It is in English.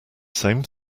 same